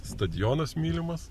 stadionas mylimas